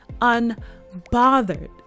Unbothered